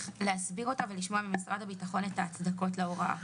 להסביר אותה ולשמוע ממשרד הביטחון את ההצדקות להוראה.